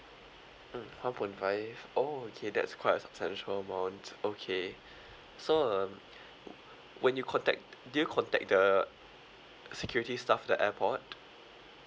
mm one point five oh K that's quite a substantial amount okay so um when you contact did you contact the security staff at airport